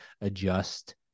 adjust